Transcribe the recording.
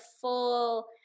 full